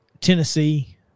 Tennessee